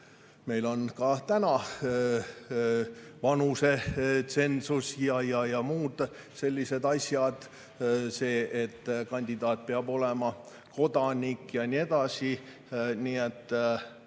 Meil on täna ka vanusetsensus ja muud sellised asjad, näiteks et kandidaat peab olema kodanik, ja nii edasi. Kõiki